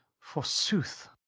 forsooth!